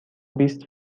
بیست